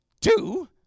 two